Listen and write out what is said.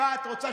מה את רוצה,